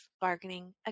bargaining